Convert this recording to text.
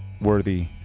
worthy